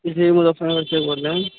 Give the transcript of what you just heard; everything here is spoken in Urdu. جی مظفر نگر سے بول رہے ہیں